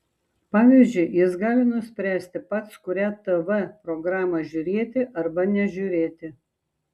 pavyzdžiui jis gali nuspręsti pats kurią tv programą žiūrėti arba nežiūrėti